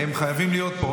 הם חייבים להיות פה,